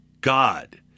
God